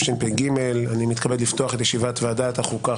אני מתכבד לפתוח את ישיבת ועדת החוקה,